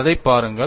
அதைப் பாருங்கள்